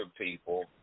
people